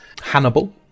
hannibal